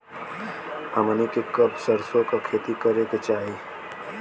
हमनी के कब सरसो क खेती करे के चाही?